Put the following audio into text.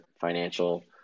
financial